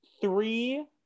three